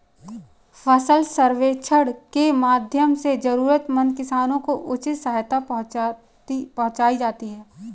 फसल सर्वेक्षण के माध्यम से जरूरतमंद किसानों को उचित सहायता पहुंचायी जाती है